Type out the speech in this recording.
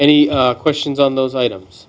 any questions on those items